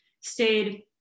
stayed